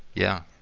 yeah.